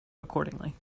accordingly